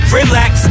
Relax